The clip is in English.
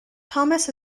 thomas